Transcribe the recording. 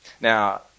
Now